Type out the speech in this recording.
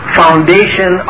foundation